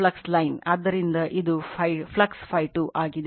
ಆದ್ದರಿಂದ ಇದು ಫ್ಲಕ್ಸ್ Φ2 ಆಗಿದೆ